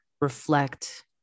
reflect